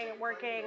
working